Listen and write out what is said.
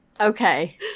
okay